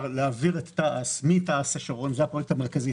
להעביר את תע"ש מתע"ש השרון זה הפרויקט המרכזי,